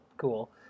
cool